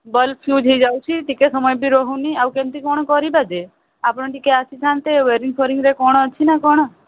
ball fuse ହୋଇଯାଉଛି ଟିକେ ସମୟ ବି ରହୁନି ଆଉ କେମତି କ'ଣ କରିବା ଯେ ଆପଣ ଟିକେ ଆସିଥାନ୍ତେ ୱେରିଙ୍ଗ୍ ଫାରିଙ୍ଗ୍ରେ କ'ଣ ଅଛି ନା କ'ଣ